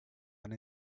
and